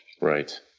Right